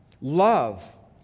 Love